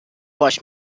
wash